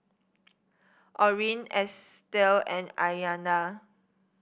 Orrin Estell and Aiyana